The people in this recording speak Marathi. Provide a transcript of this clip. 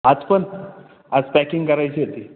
आज पण आज पॅकिंग करायची होती